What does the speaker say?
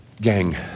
Gang